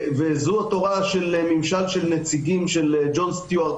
וזו התורה של ממשל של ממשל של נציגים של ג'ון סטיוארט